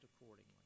accordingly